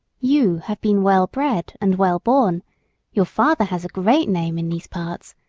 you have been well-bred and well-born your father has a great name in these parts,